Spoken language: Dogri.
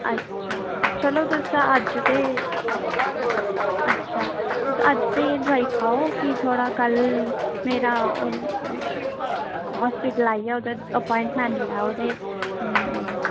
अच्छा चलो तुस अज्ज ते अच्छा तुस अज्ज ते एह् दवाई खाओ फ्ही थोह्ड़ा कल मेरा होस्पिटल आई जाओ अपाइंटमेंट लैओ ते